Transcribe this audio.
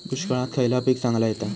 दुष्काळात खयला पीक चांगला येता?